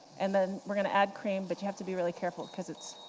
and then we're going to add cream, but you have to be really careful because it's